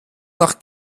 nach